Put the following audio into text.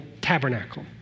tabernacle